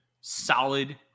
solid